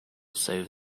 save